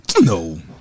No